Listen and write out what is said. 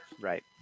Right